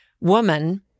woman